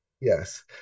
Yes